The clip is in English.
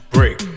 Break